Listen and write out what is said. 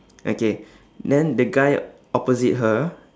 okay then the guy opposite her